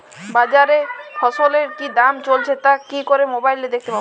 বাজারে ফসলের কি দাম চলছে তা কি করে মোবাইলে দেখতে পাবো?